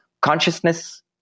consciousness